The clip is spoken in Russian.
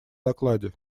докладе